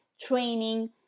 training